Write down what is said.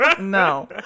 No